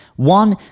One